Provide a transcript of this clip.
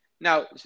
now